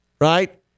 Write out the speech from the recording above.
right